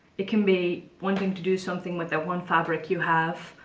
it can be wanting to do something with that one fabric you have,